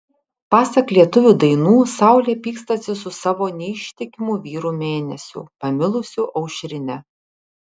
pasak lietuvių dainų saulė pykstasi su savo neištikimu vyru mėnesiu pamilusiu aušrinę